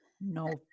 No